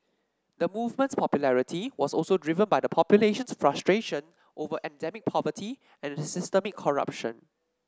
the movement's popularity was also driven by the population's frustration over endemic poverty and systemic corruption